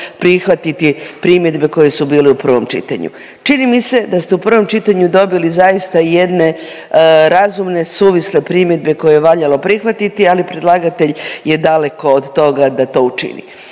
prihvatiti primjedbe koje su bile u prvom čitanju. Čini mi se da ste u prvom čitanju dobili zaista jedne razumne suvisle primjedbe koje je valjalo prihvatiti, ali predlagatelj je daleko od toga da to učini.